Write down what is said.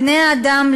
בני-האדם,